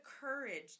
courage